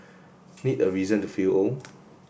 need a reason to feel old